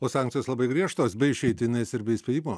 o sankcijos labai griežtos be išeitinės ir be įspėjimo